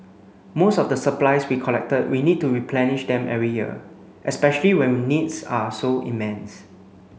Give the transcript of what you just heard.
most of the supplies we collected we need to replenish them every year especially when needs are so immense